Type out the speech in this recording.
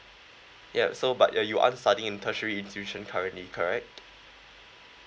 ya so but uh you are studying in tertiary institution currently correct